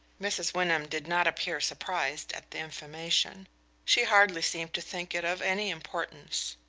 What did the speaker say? mrs. wyndham did not appear surprised at the information she hardly seemed to think it of any importance.